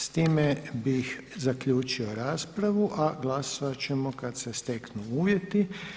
S time bih zaključio raspravu, a glasovat ćemo kad se steknu uvjeti.